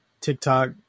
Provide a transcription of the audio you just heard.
TikTok